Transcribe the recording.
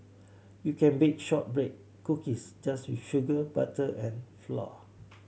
you can bake shortbread cookies just with sugar butter and flour